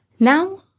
Now